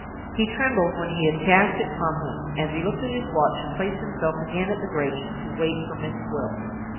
he trembled when he had cast it from him, as he looked at his watch and placed himself again at the grating to wait for miss gwilt.